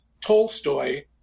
Tolstoy